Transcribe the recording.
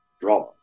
drama